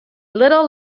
little